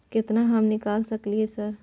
केतना हम निकाल सकलियै सर?